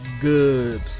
good